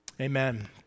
Amen